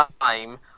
time